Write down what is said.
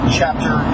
chapter